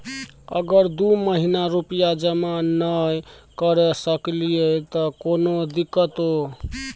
अगर दू महीना रुपिया जमा नय करे सकलियै त कोनो दिक्कतों?